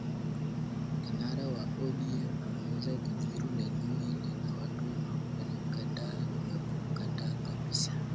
Kinara wa O.D.M awaeze kuzuru maeneo hili la watu walio mkataa, na kumkataa kabisa.